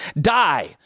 die